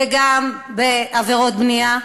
וגם בעבירות בנייה.